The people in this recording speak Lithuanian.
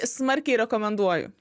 smarkiai rekomenduoju